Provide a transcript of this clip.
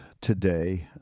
today